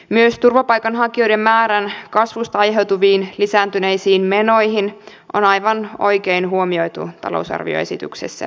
myös turvapaikanhakijoiden määrän kasvusta aiheutuviin lisääntyneisiin menoihin on aivan oikein huomioitu talousarvioesityksessä lisäresursseja